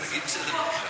קצבת אזרח ותיק),